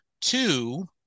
Two